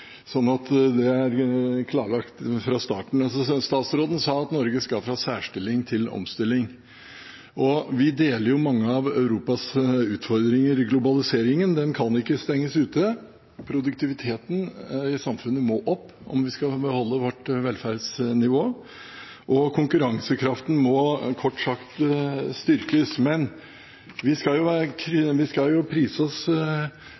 det klarlagt fra starten av. Statsråden sa at Norge «skal gå fra særstilling til omstilling». Vi deler mange av Europas utfordringer. Globaliseringen kan ikke stenges ute, produktiviteten i samfunnet må opp om vi skal beholde vårt velferdsnivå, og konkurransekraften må, kort sagt, styrkes. Men vi skal prise oss lykkelig over at vi